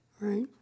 right